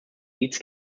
eats